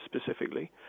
specifically